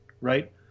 right